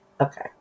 Okay